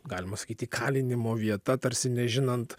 galima sakyt įkalinimo vieta tarsi nežinant